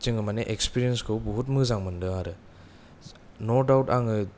जोङो माने इकस्पिरेन्स खौ बुहुद मोजां मोनदों आरो न'दाउथ आंङो